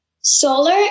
solar